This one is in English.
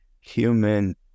human